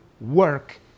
work